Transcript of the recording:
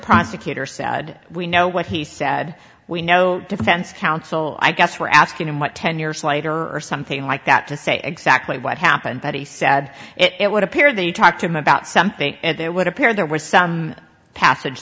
prosecutor said we know what he said we know defense counsel i guess we're asking him what ten years later or something like that to say exactly what happened but he said it would appear that you talk to him about something and it would appear there was some passage